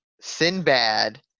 Sinbad